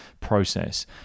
process